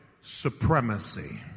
supremacy